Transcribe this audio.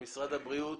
למשרד הבריאות,